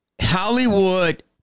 Hollywood